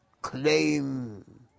claim